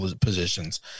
positions